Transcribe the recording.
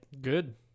good